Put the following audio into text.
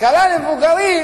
השכלה למבוגרים